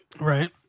right